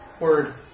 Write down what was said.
Word